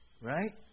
Right